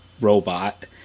robot